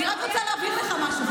למה, אני רק רוצה להבהיר לך משהו.